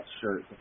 shirt